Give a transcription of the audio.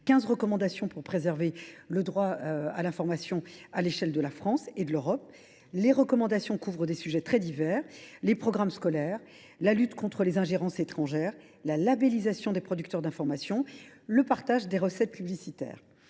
recommandations, pour préserver le droit à l’information à l’échelle de la France et de l’Europe. Celles ci couvrent des sujets très divers : les programmes scolaires, la lutte contre les ingérences étrangères, la labellisation des producteurs d’information, le partage des recettes publicitaires.